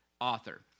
author